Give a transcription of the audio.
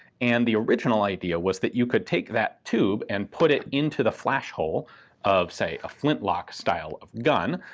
and the original idea was that you could take that tube and put it into the flash hole of, say, a flintlock style of gun,